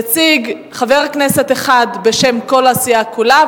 יציג חבר כנסת אחד בשם הסיעה כולה,